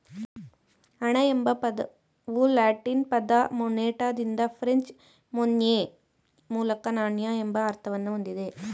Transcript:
ಹಣ ಎಂಬ ಪದವು ಲ್ಯಾಟಿನ್ ಪದ ಮೊನೆಟಾದಿಂದ ಫ್ರೆಂಚ್ ಮೊನ್ಯೆ ಮೂಲಕ ನಾಣ್ಯ ಎಂಬ ಅರ್ಥವನ್ನ ಹೊಂದಿದೆ